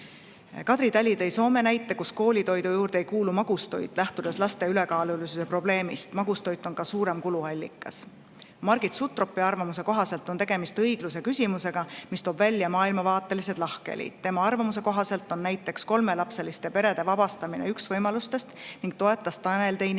Kadri Tali tõi Soome näite, kus koolitoidu juurde ei kuulu magustoit, lähtudes laste ülekaalulisuse probleemist. Magustoit on ka suurem kuluallikas. Margit Sutropi arvamuse kohaselt on tegemist õigluse küsimusega, mis toob välja maailmavaatelised lahkhelid. Tema arvamuse kohaselt on näiteks kolmelapseliste perede vabastamine maksmisest üks võimalustest ning ta toetas Tanel Teini